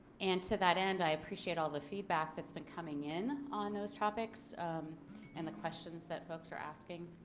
and to that end i appreciate all the feedback that's been coming in on those topics and the questions that folks are asking.